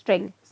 strength